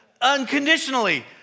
unconditionally